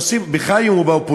עושים, בכלל אם הוא באופוזיציה?